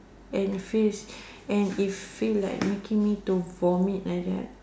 and feels and it feel like making me to vomit like that